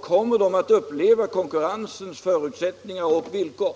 kommer vi att uppleva konkurrensens förutsättningar och villkor.